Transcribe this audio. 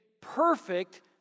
perfect